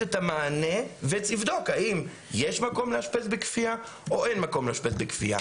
את המענה ולבדוק האם יש מקום לאשפז בכפייה או אין מקום לאשפז בכפייה.